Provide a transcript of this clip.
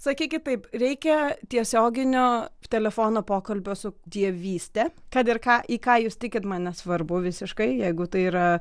sakykit taip reikia tiesioginio telefono pokalbio su dievyste kad ir ką į ką jūs tikit man nesvarbu visiškai jeigu tai yra